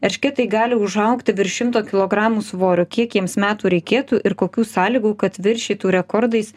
eršketai gali užaugti virš šimto kilogramų svorio kiek jiems metų reikėtų ir kokių sąlygų kad viršytų rekordais